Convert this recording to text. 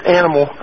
animal